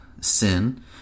sin